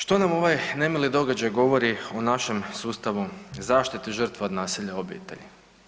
Što nam ovaj nemili događaj govori o našem sustavu zaštite žrtva od nasilja u obitelji?